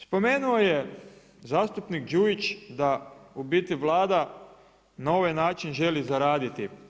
Spomenuo je zastupnik Đujić da u biti Vlada na ovaj način želi zaraditi.